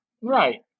Right